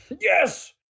Yes